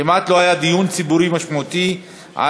כמעט לא היה דיון ציבורי משמעותי על